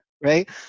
right